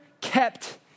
kept